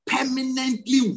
Permanently